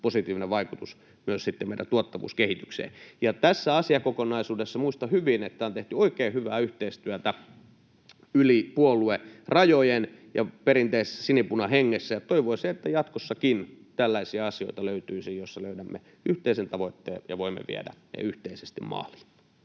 positiivinen vaikutus myös sitten meidän tuottavuuskehitykseen. Muistan hyvin, että tässä asiakokonaisuudessa on tehty oikein hyvää yhteistyötä yli puoluerajojen ja perinteisessä sinipunahengessä. Toivoisin, että jatkossakin löytyisi tällaisia asioita, joissa löydämme yhteisen tavoitteen ja voimme viedä ne yhteisesti maaliin.